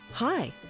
Hi